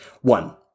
One